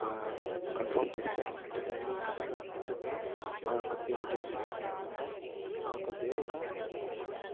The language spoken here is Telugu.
ఒక కన్ఫామ్ చేస్తారు అంటే దాన్ని ఇకపైన ప్రతి ఒక్కరు ఆ ఒక్క పేరుతోనే పిలుస్తారనమాట ఆ ఒక వేడుక చాలా